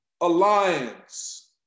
alliance